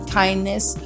kindness